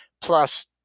plus